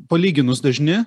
palyginus dažni